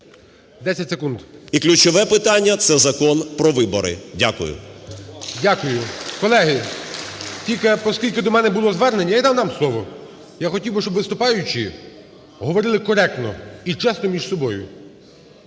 І ключове питання – це Закон про вибори. Дякую. ГОЛОВУЮЧИЙ. Дякую. Колеги, поскільки до мене було звернення (я надам слово), я хотів би, щоб виступаючі говорили коректно і чесно між собою